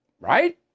right